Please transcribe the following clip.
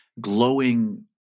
glowing